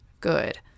good